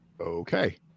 okay